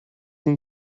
این